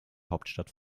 hauptstadt